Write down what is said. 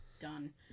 done